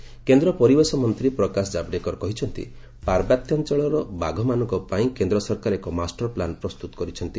Javadekar tiger କେନ୍ଦ୍ର ପରିବେଶମନ୍ତ୍ରୀ ପ୍ରକାଶ ଜାବଡେକର କହିଛନ୍ତି ପାର୍ବତ୍ୟାଞ୍ଚଳର ବାଘମାନଙ୍କ ପାଇଁ କେନ୍ଦ୍ର ସରକାର ଏକ ମାଷ୍ଟରପ୍ଲାନ ପ୍ରସ୍ତୁତ କରୁଛନ୍ତି